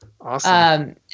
Awesome